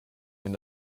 wenn